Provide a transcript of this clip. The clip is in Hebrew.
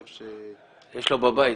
יש לו בבית.